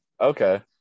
Okay